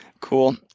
Cool